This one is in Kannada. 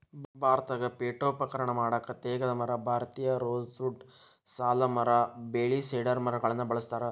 ಭಾರತದಾಗ ಕಟಗಿ ಪೇಠೋಪಕರಣ ಮಾಡಾಕ ತೇಗದ ಮರ, ಭಾರತೇಯ ರೋಸ್ ವುಡ್ ಸಾಲ್ ಮರ ಬೇಳಿ ಸೇಡರ್ ಮರಗಳನ್ನ ಬಳಸ್ತಾರ